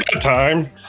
time